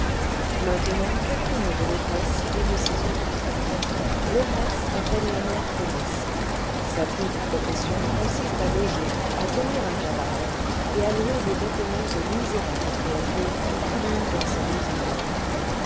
maintenant quelques mots de l'ogresse et de ses hôtes l'ogresse s'appelle la mère ponisse sa triple profession consiste à loger à tenir un cabaret et à louer des vêtements aux misérables créatures qui pullulent dans ces rues immondes